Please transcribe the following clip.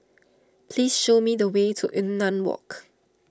please show me the way to Yunnan Walk